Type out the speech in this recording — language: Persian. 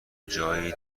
جایی